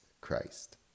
Christ